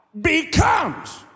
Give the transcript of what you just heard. becomes